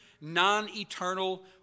non-eternal